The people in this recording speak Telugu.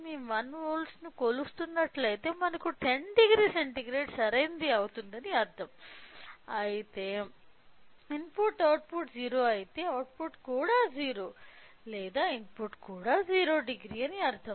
మేము 1 వోల్ట్ను కొలుస్తున్నట్లయితే మనకు 100 సెంటీగ్రేడ్ సరైనది అవుతుందని అర్థం అయితే ఇన్పుట్ అవుట్పుట్ 0 అయితే అవుట్పుట్ కూడా 0 లేదా ఇన్పుట్ కూడా 00 అని అర్థం